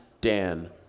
Dan